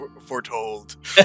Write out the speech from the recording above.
foretold